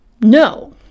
No